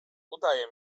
udaje